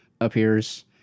appears